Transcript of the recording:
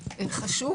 חשוב,